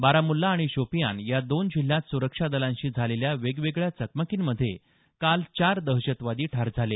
बारामुल्ला आणि शोपियान या दोन जिल्ह्यांत सुरक्षा दलांशी झालेल्या वेगवेगळ्या चकमकींमध्ये काल चार दहशतवादी ठार झाले